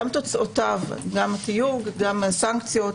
גם תוצאותיו, הסקציות.